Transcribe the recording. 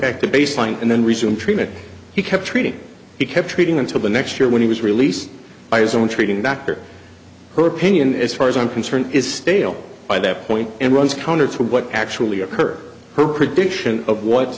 back to baseline and then resume treatment he kept treating he kept treating until the next year when he was released by his own treating doctor her pinion as far as i'm concerned is stale by that point and runs counter to what actually occurred her prediction of what